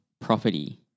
property